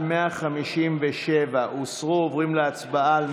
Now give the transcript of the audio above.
הסתייגות 147, הצבעה.